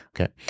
okay